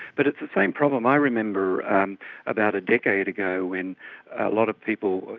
but it's the same problem. i remember about a decade ago when a lot of people,